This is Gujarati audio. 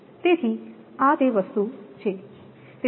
તેથી તે આ વસ્તુ છે